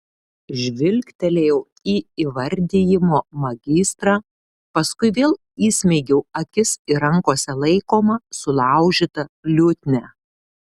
žvilgtelėjau į įvardijimo magistrą paskui vėl įsmeigiau akis į rankose laikomą sulaužytą liutnią